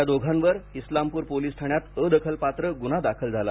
या दोघांवर इस्लामपूर पोलीस ठाण्यात अदखलपात्र गुन्हा दाखल झाला